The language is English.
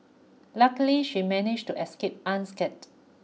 luckily she managed to escape unscathed